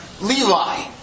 Levi